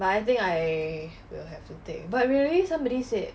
but I think I will have to think but really somebody said